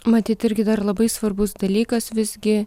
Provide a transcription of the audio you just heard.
matyt irgi dar labai svarbus dalykas visgi